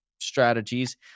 strategies